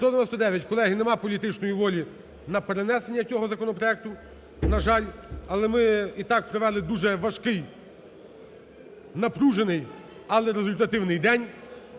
За-199 Колеги, немає політичної волі на перенесення цього законопроекту, на жаль, але ми і так провели дуже важкий, напружений, але результативний день.